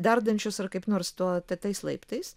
dardančius ar kaip nors tuo ta tais laiptais